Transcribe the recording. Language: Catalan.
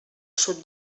sud